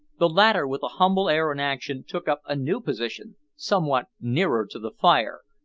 the latter, with a humble air and action, took up a new position, somewhat nearer to the fire,